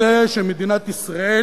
אני רוצה שמדינת ישראל